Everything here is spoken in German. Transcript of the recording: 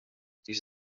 dies